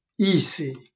easy